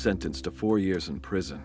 sentenced to four years in prison